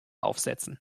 aufsetzen